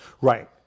Right